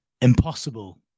impossible